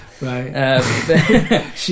Right